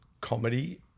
comedy